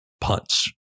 punts